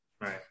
Right